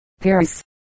Paris